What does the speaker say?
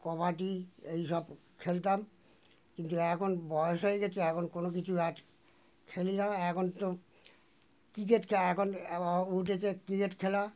কবাডি এসব খেলতাম কিন্তু এখন বয়স হয়ে গিয়েছে এখন কোনো কিছু আর খেলি না এখন তো কিকেট এখন উঠেছে ক্রিকেট খেলা